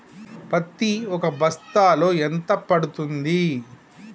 పత్తి ఒక బస్తాలో ఎంత పడ్తుంది?